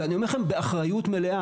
ואני אומר לכם באחריות מלאה,